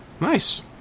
nice